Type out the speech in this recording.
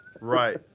Right